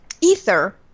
ether